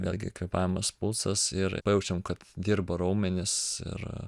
vėlgi kvėpavimas pulsas ir pajaučiam kad dirba raumenys ir